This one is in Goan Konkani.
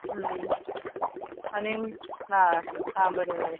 आनी आं हां बरें बरें